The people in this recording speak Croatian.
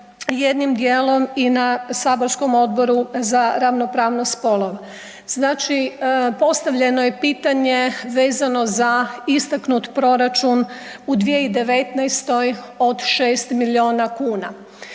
jednim dijelom i na saborskom Odboru za ravnopravnost spolova. Znači postavljeno je pitanje vezano za istaknut proračun u 2019. od 6 milijuna kuna,